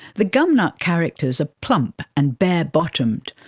the gumnut characters are plump and bare-bottomed,